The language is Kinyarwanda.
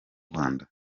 rwanda